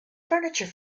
furniture